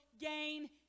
gain